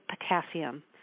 potassium